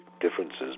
differences